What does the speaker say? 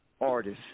artist